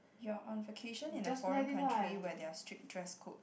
your on vacation in a foreign country where they are strict dress code